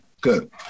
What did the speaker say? good